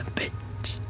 bit.